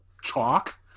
chalk